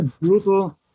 brutal